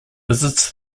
visits